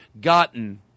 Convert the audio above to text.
gotten